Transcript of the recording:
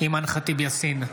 אימאן ח'טיב יאסין,